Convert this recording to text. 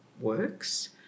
works